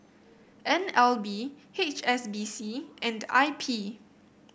N L B H S B C and I P